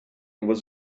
was